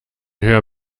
hör